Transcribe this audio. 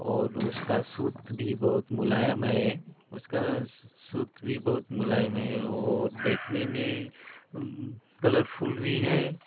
उसका सूत भी बहुत मुलायम है उसका सूत भी बहुत मुलायम है वह देखने में कलरफुल भी है